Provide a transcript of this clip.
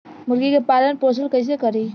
मुर्गी के पालन पोषण कैसे करी?